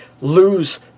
lose